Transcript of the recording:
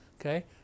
okay